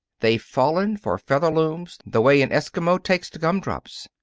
they've fallen for featherlooms the way an eskimo takes to gum-drops.